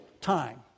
time